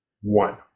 One